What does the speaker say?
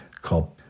called